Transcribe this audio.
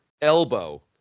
elbow